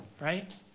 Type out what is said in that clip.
right